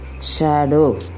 Shadow